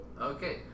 Okay